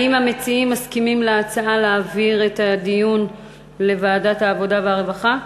האם המציעים מסכימים להצעה להעביר את הדיון לוועדת העבודה והרווחה?